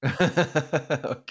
Okay